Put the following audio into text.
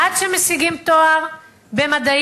עד שהם משיגים תואר במדעים